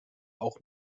auch